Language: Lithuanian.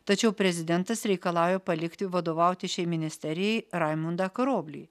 tačiau prezidentas reikalauja palikti vadovauti šiai ministerijai raimundą karoblį